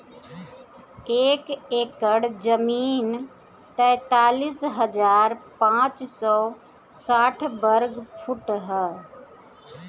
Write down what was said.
एक एकड़ जमीन तैंतालीस हजार पांच सौ साठ वर्ग फुट ह